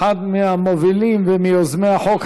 אחד מהמובילים ומיוזמי החוק.